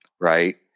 right